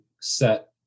set